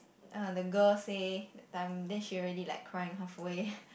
uh the girl say that time then she already like crying halfway